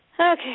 Okay